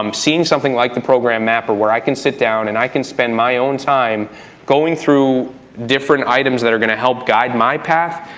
um seeing something like the program mapper where i can sit down and i can spend my own time going through different items that are gonna help guide my path,